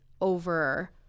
over